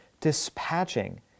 dispatching